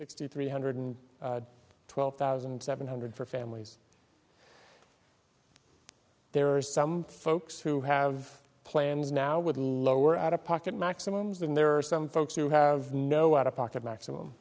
sixty three hundred twelve thousand seven hundred for families there are some folks who have plans now with lower out of pocket maximums than there are some folks who have no out of pocket maximum